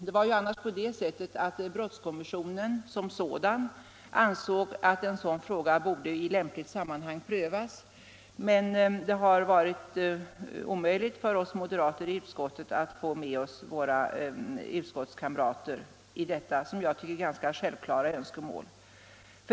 Det var annars på det sättet att brottskommissionen ansåg att en sådan fråga borde i lämpligt sammanhang prövas, men det har varit omöjligt för oss moderater i utskottet att få med våra utskottskamrater i detta, enligt min mening, ganska självklara önskemål.